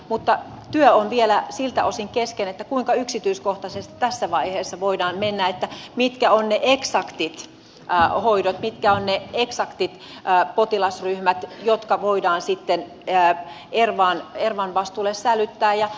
mutta työ on vielä siltä osin kesken kuinka yksityiskohtaisesti tässä vaiheessa voidaan mennä mitkä ovat ne eksaktit hoidot mitkä ovat ne eksaktit potilasryhmät jotka voidaan sitten ervan vastuulle sälyttää